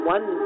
One